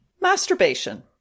Masturbation